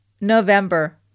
November